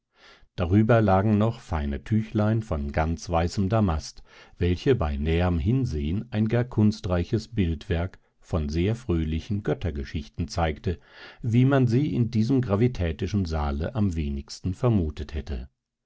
darüber lagen noch feine tüchlein von ganz weißem damast welche bei näherm hinsehen ein gar kunstreiches bildwerk von sehr fröhlichen göttergeschichten zeigte wie man sie in diesem gravitätischen saale am wenigsten vermutet hätte